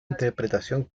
interpretación